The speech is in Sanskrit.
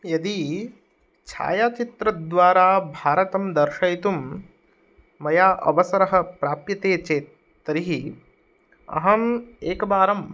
यदि छायाचित्रद्वारा भारतं दर्शयितुं मया अवसरः प्राप्यते चेत् तर्हि अहम् एकवारं